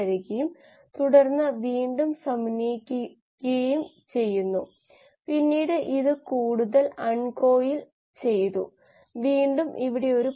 1993 ൽ biotechnology and bio എഞ്ചിനീയറിംഗിലും പ്രസിദ്ധീകരിച്ച മറ്റൊരു പ്രബന്ധമുണ്ട് അത് കൂടുതൽ വിശദാംശങ്ങൾ നൽകുന്നു